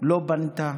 לא בנתה